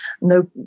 no